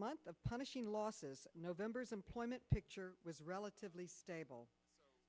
month of punishing losses november's employment picture was relatively stable